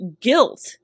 guilt